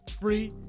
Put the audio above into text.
free